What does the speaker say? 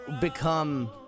become